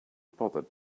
bothered